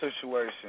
situation